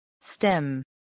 STEM